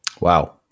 Wow